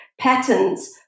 patterns